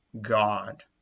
God